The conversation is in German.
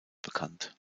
bekannt